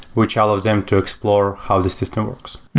which allows him to explore how the system works.